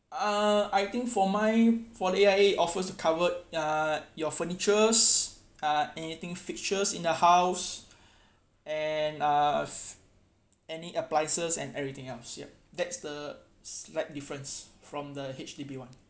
uh I think for mine for the aia it offers to cover uh your furnitures uh anything fixtures in the house and uh any appliances and everything else ya that's the slight difference from the H_D_B one